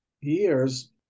years